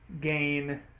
gain